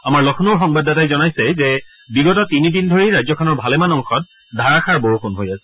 আমাৰ লক্ষ্ণেৰ সংবাদদাতাই জনাইছে যে বিগত তিনি দিন ধৰি ৰাজ্যখনৰ ভালেমান অংশত ধাৰাষাৰ বৰষণ হৈ আছে